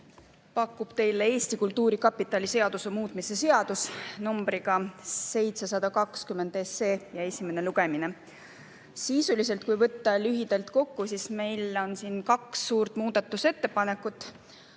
pakub teile Eesti Kultuurkapitali seaduse muutmise seaduse numbriga 720. Ja on esimene lugemine. Kui võtta sisuliselt lühidalt kokku, siis meil on siin kaks suurt muudatusettepanekut